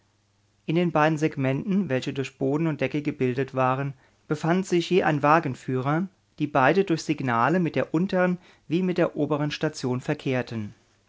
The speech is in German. in den beiden segmenten welche durch boden und decke gebildet waren befand sich je ein wagenführer die beide durch signale mit der untern wie mit der oberen station verkehrten